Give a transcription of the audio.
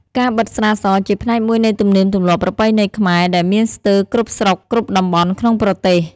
ការបិតស្រាស ជាផ្នែកមួយនៃទំនៀមទំលាប់ប្រពៃណីខ្មែរ ដែលមានស្ទើរគ្រប់ស្រុកគ្រប់តំបន់ក្នុងប្រទេស។